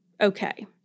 okay